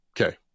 Okay